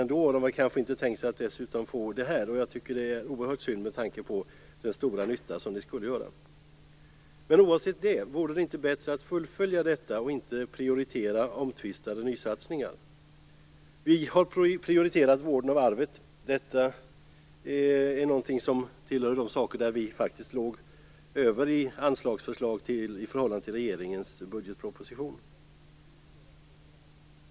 De har kanske inte tänkt sig att de dessutom skulle få ta hand om det här. Jag tycker att detta är oerhört synd, med tanke på den stora nytta som det skulle göra. Bortsett från detta undrar jag om det inte vore bättre att fullfölja denna satsning i stället för att prioritera omtvistade nysatsningar. Vi har prioriterat vården av arvet. Detta hör till de saker där vi faktiskt låg högre i våra anslagsförslag än regeringens budgetproposition.